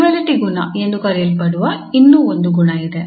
duality ಗುಣ ಎಂದು ಕರೆಯಲ್ಪಡುವ ಇನ್ನೂ ಒಂದು ಗುಣ ಇದೆ